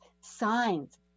signs